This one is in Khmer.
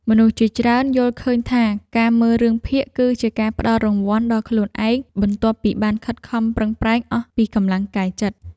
មនុស្សជាច្រើនយល់ឃើញថាការមើលរឿងភាគគឺជាការផ្ដល់រង្វាន់ដល់ខ្លួនឯងបន្ទាប់ពីបានខិតខំប្រឹងប្រែងអស់ពីកម្លាំងកាយចិត្ត។